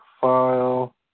file